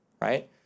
right